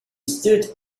stood